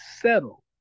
settle